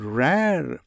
rare